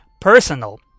personal